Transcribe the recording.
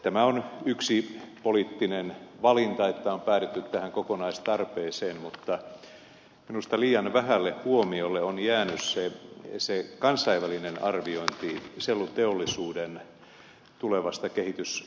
tämä on yksi poliittinen valinta että on päädytty tähän kokonaistarpeeseen mutta minusta liian vähälle huomiolle on jäänyt se kansainvälinen arviointi selluteollisuuden tulevasta kehityspotentiaalista